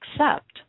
accept